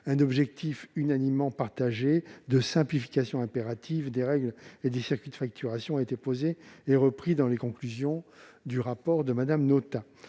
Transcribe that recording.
Un objectif unanimement partagé de simplification impérative des règles et des circuits de facturation a été posé et repris dans les conclusions du rapport de Mme Notat.